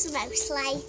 mostly